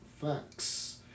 facts